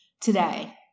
today